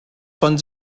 von